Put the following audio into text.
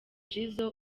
jizzo